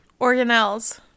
Organelles